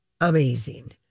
amazing